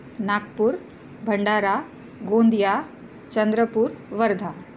Nagpur Bhandara Gondia Chandrapur Wardha